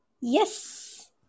yes